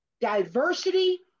diversity